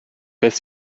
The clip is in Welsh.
beth